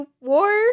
War